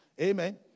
Amen